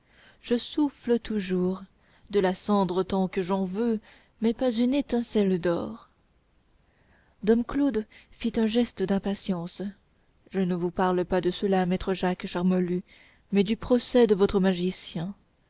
je souffle toujours de la cendre tant que j'en veux mais pas une étincelle d'or dom claude fit un geste d'impatience je ne vous parle pas de cela maître jacques charmolue mais du procès de votre magicien